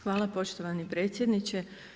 Hvala poštovani predsjedniče.